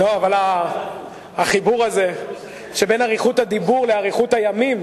אבל החיבור הזה שבין אריכות הדיבור לאריכות הימים,